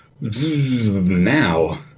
Now